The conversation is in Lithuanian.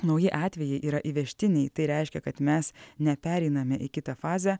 nauji atvejai yra įvežtiniai tai reiškia kad mes nepereiname į kitą fazę